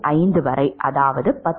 5 வரை அதாவது 10